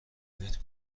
بهت